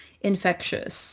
infectious